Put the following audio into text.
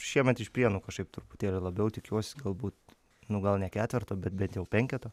šiemet iš prienų kažkaip truputėlį labiau tikiuosi galbūt nu gal ne ketverto bet bent jau penketo